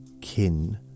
kin